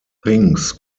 things